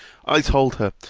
i told her,